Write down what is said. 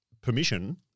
permission